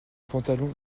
pantalon